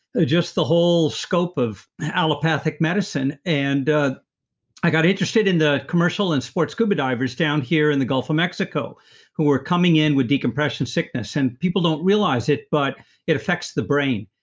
just the whole scope of allopathic medicine. and ah i got interested in the commercial and sports scuba divers down here in the gulf of mexico who were coming in with decompression sickness and people don't realize it, but it affects the brain.